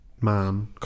man